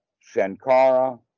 sankara